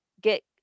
get